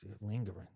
lingering